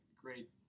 great